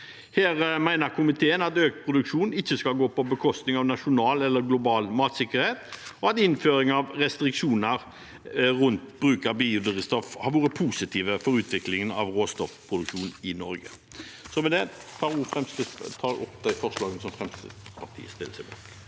Her mener komiteen at økt produksjon ikke skal gå på bekostning av nasjonal eller global matsikker het, og at innføring av restriksjoner rundt bruk av biodrivstoff har vært positivt for utviklingen av råstoffproduksjon i Norge. Med det tar jeg opp forslagene nr. 1 og 2, som Fremskrittspartiet er med